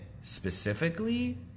specifically